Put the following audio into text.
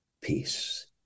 peace